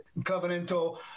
covenantal